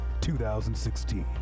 2016